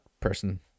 person